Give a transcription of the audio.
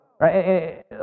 right